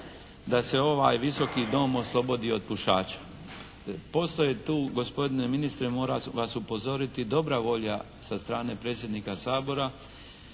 da se ovaj Visoki dom oslobodi od pušača. Postoje tu gospodine ministre, moram vas upozoriti dobra volja sa strane predsjednika Sabora